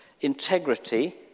integrity